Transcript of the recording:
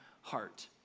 heart